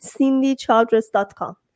cindychildress.com